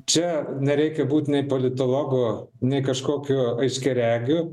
čia nereikia būtinai politologo nei kažkokių aiškiaregių